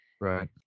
right